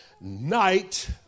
night